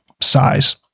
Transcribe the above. size